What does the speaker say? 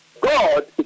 God